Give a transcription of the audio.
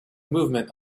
movement